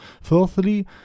Fourthly